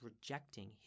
rejecting